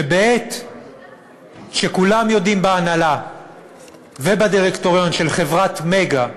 שבעת שכולם בהנהלה ובדירקטוריון של חברת "מגה"